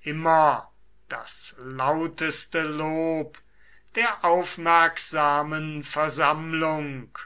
immer das lauteste lob der aufmerksamen versammlung